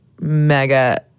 mega